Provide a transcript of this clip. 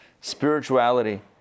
spirituality